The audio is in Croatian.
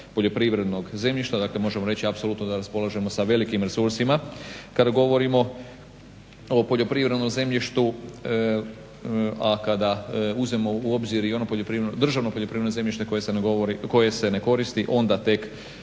poljoprivrednog zemljišta. Dakle, možemo reći apsolutno da raspolažemo sa velikim resursima kada govorimo o poljoprivrednom zemljištu, a kada uzmemo u obzir i ono državno poljoprivredno zemljište koje se ne koristi onda tek